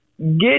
get